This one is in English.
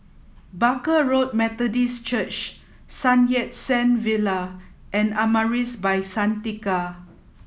Barker Road Methodist Church Sun Yat Sen Villa and Amaris by Santika